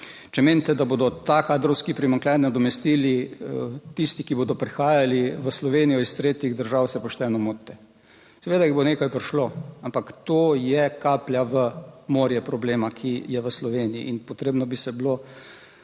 Če menite, da bodo ta kadrovski primanjkljaj nadomestili. Tisti, ki bodo prihajali v Slovenijo iz tretjih držav, se pošteno motite. Seveda jih bo nekaj prišlo, ampak to je kaplja v morje problema, ki je v Sloveniji in potrebno bi se bilo